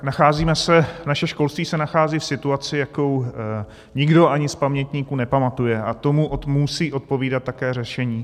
Nacházíme se, naše školství se nachází v situaci, jakou nikdo ani z pamětníků nepamatuje, a tomu musí odpovídat také řešení.